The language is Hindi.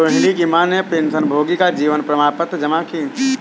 रोहिणी की माँ ने पेंशनभोगी का जीवन प्रमाण पत्र जमा की